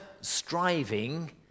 striving